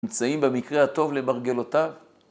‫נמצאים במקרה הטוב למרגלותיו?